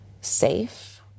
safe